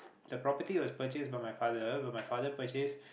the property was purchased by my father but my father purchased